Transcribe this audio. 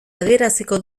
adieraziko